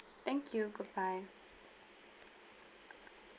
thank you goodbye